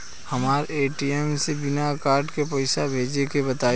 हमरा ए.टी.एम से बिना कार्ड के पईसा भेजे के बताई?